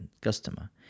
customer